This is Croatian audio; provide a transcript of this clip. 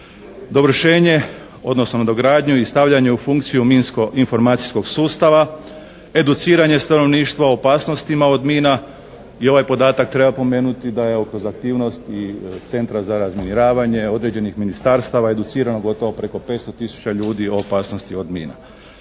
Dovršenje odnosno dogradnju i stavljanje u funkciju minsko-informacijskog sustava, educiranje stanovništva o opasnostima od mina i ovaj podatak treba pomenuti da evo kroz aktivnosti Centra za razminiravanje određenih ministarstava educirano gotovo preko 500 tisuća ljudi o opasnosti od mina.